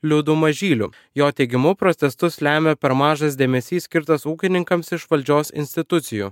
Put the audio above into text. liudu mažyliu jo teigimu protestus lemia per mažas dėmesys skirtas ūkininkams iš valdžios institucijų